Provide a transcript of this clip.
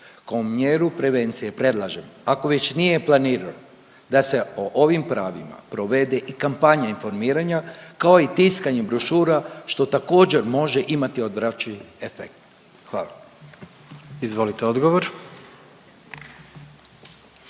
Kao mjeru prevencije predlažem, ako već nije planirano da se o ovim pravima provede i kampanja informiranja kao i tiskanje brošura što također može imati odvraćajući efekt. Hvala. **Jandroković,